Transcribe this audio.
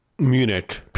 Munich